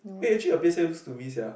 eh actually your P_S_L_E lost to me sia